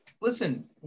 listen